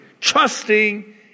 trusting